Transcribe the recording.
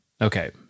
Okay